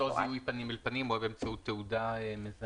זה בתוך זיהוי פנים אל פנים או באמצעות תעודה מזהה.